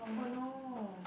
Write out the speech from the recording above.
oh no